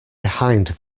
behind